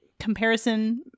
comparison